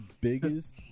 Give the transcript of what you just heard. biggest